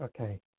Okay